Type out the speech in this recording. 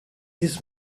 this